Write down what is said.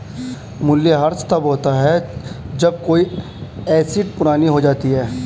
मूल्यह्रास तब होता है जब कोई एसेट पुरानी हो जाती है